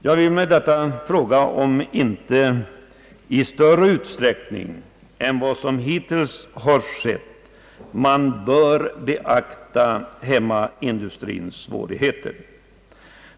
Jag vill med detta fråga, om man inte i större utsträckning än som hittills har skeit bör beakta hemmaindustriens svårigheter.